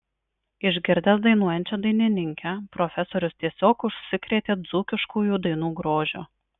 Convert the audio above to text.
išgirdęs dainuojančią dainininkę profesorius tiesiog užsikrėtė dzūkiškųjų dainų grožiu